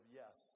yes